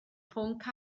pwnc